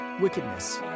wickedness